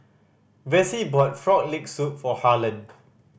Vassie brought Frog Leg Soup for Harlen